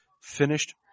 finished